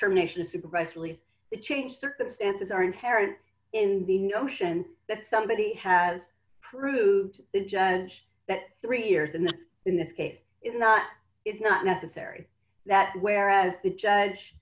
termination supervised release the change circumstances are inherent in the notion that somebody has proved this judge that three years in the in this case is not is not necessary that whereas the judge